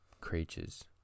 creatures